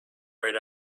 right